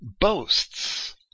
boasts